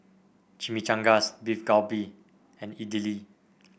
Chimichangas Beef Galbi and Idili